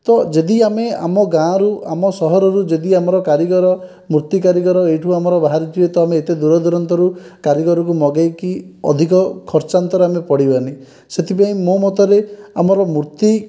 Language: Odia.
ତ ଯଦି ଆମେ ଆମ ଗାଁରୁ ଆମ ସହରରୁ ଯଦି ଆମର କାରିଗର ମୂର୍ତ୍ତି କାରିଗର ଏହିଠୁ ଆମର ବାହାରୁଥିବେ ତ ଆମେ ଏତେ ଦୂର ଦୂରାନ୍ତରୁ କାରିଗରଙ୍କୁ ମଗାଇକି ଅଧିକ ଖର୍ଚ୍ଚାନ୍ତର ଆମେ ପଡ଼ିବାନି ସେଥିପାଇଁ ମୋ ମତରେ ଆମର ମୂର୍ତ୍ତି